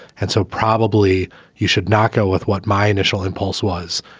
and so probably you should not go with what my initial impulse was,